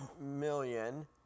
million